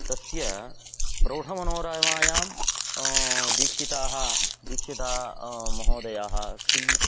तस्य प्रौढमनोरमायां दीक्षिताः दीक्षिताः महोदयाः किं